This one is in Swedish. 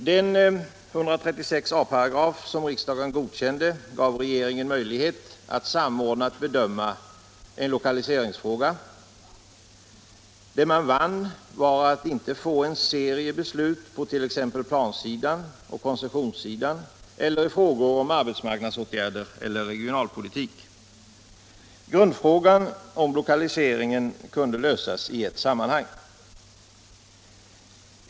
Den 136 a§ byggnadslagen som riksdagen godkände gav regeringen möjlighet att samordnat bedöma en lokaliseringsfråga. Det man vann var att inte få en serie beslut på t.ex. plansidan och koncessionssidan eller i frågor om arbetsmarknadsåtgärder eller regionalpolitik. Grundfrågan om lokaliseringen kunde lösas i ett sammanhang.